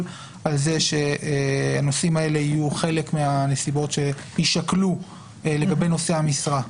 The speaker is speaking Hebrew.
על זה שהנושאים האלה יהיו חלק מהנסיבות שיישקלו לגבי נושא המשרה.